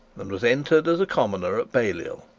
and was entered as a commoner at balliol.